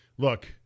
Look